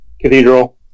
cathedral